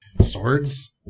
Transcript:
Swords